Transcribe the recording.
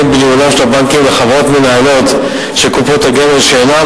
בניהולם של הבנקים לחברות מנהלות של קופות גמל שאינן